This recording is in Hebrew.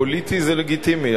פוליטי זה לגיטימי,